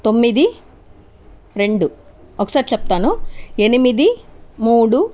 తొమ్మిది రెండు ఒకసారి చెప్తాను ఎనిమిది మూడు